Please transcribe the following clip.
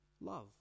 Love